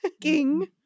king